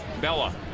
Bella